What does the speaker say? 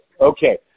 Okay